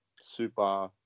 super